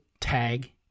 tag